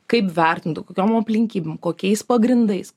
kaip vertintų kokiom aplinkybėm kokiais pagrindais